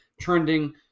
trending